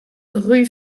rue